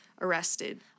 arrested